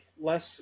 less